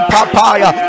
Papaya